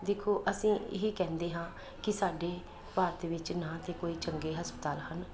ਦੇਖੋ ਅਸੀ ਇਹੀ ਕਹਿੰਦੇ ਹਾਂ ਕਿ ਸਾਡੇ ਭਾਰਤ ਵਿੱਚ ਨਾ ਤਾਂ ਕੋਈ ਚੰਗੇ ਹਸਪਤਾਲ ਹਨ